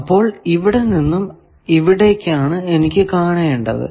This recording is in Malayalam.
അപ്പോൾ ഇവിടെ നിന്നും ഇവിടേക്കാണ് എനിക്ക് കാണേണ്ടത്